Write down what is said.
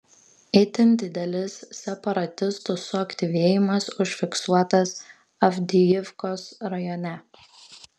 itin didelis separatistų suaktyvėjimas užfiksuotas avdijivkos rajone